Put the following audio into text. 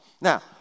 Now